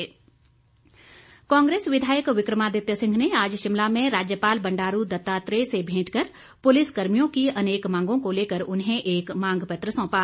विक्रमादित्य कांग्रेस विधायक विक्रमादित्य सिंह ने आज शिमला में राज्यपाल बंडारू दत्तात्रेय से भेंट कर पुलिसकर्मियों की अनेक मांगों को लेकर उन्हें एक मांग पत्र सौंपा